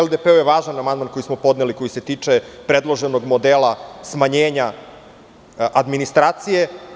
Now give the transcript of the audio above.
LDP je važan amandman koji smo podneli, koji se tiče predloženog modela smanjenja administracije.